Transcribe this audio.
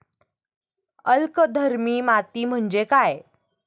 अल्कधर्मी माती म्हणजे काय?